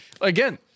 again